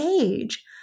age